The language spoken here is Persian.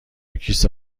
کیسه